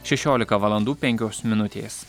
šešiolika valandų penkios minutės